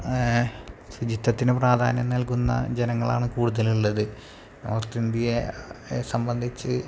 ശുചിത്വത്തിന് പ്രാധാന്യം നൽകുന്ന ജനങ്ങളാണ് കൂടുതലുള്ളത് നോർത്തിന്ത്യയെ സംബന്ധിച്ച്